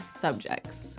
subjects